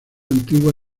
antigua